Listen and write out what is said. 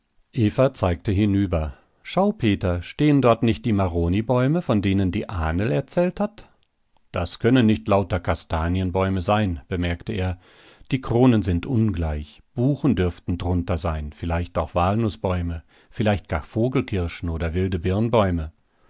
eva zeigte hinüber schau peter stehen dort nicht die maronibäume von denen die ahnl erzählt hat das können nicht lauter kastanienbäume sein bemerkte er die kronen sind ungleich buchen dürften drunter sein vielleicht auch walnußbäume vielleicht gar vogelkirschen oder wilde birnbäume